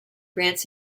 grants